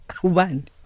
One